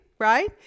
right